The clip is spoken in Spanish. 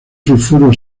sulfuro